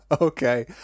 okay